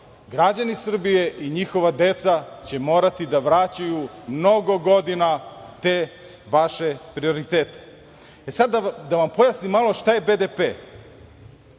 građani Srbije i njihova deca će morati da vraćaju mnogo godina te vaše prioritete. Sada da vam pojasnim malo šta je BDP.